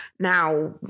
Now